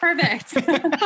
Perfect